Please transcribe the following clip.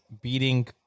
beating